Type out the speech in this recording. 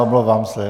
Omlouvám se.